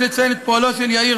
יש לציין את פועלו של יאיר,